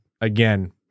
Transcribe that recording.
Again